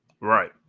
Right